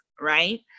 Right